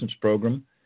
program